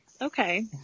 okay